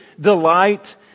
delight